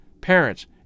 parents